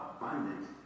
abundant